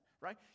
right